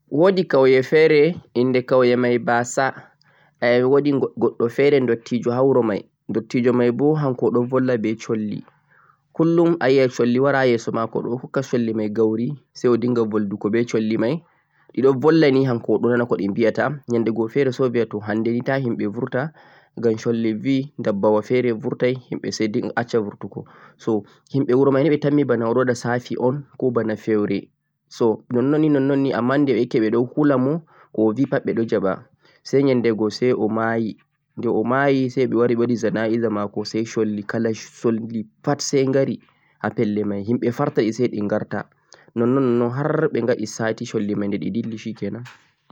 woodi kawye feere in de kawye may ba'sa woodi goɗɗo feere dottijo ha wuro may, dottijo may boo hanko o ɗo bolla be colli 'kullum' a yi ay colli ɗo wara ha yeso maako o ɗo hokka colli may gawri say o dinnga boldugo be colli may, ɗiɗo bolla ni hanko o ɗo nana ko ɗi biyata nyannde go feere say o biya hannde ni ta himɓe burta ngam colli bi dabbawa feere burtay himɓe say acca burtugo. so himɓe wuro may ni ɓe tammi bana o ɗo waɗa 'tsafi' un ko bana fewre, so nonnon ni nonnon ni ammaan de ɓe ɗo keɓa ɓe ɗo hula mo ɓe ɗo jaɓa say nyannde go say o ma'yi, de o ma'yi say ɓe wari ɓe waɗi jana'iza maako say sholli kala sholli pat say gari ha pelle may himɓe farta ɓe say ɗi garta, nonnon nonnon har ɓe gaɗi sati sholli may de ɗi dilli 'shikenan'